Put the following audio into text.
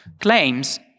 claims